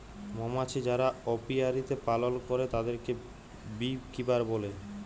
মমাছি যারা অপিয়ারীতে পালল করে তাদেরকে বী কিপার বলে